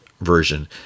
version